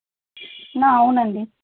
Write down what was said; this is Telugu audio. అవును అండి